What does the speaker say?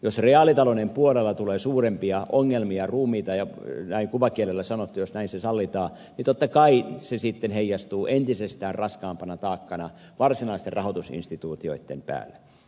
jos reaalitalouden puolella tulee suurempia ongelmia ruumiita näin kuvakielellä sanottuna jos se sallitaan niin totta kai se heijastuu entisestään raskaampana taakkana varsinaisten rahoitusinstituutioitten päälle